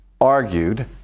argued